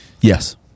Yes